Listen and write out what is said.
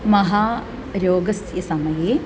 महारोगस्य समये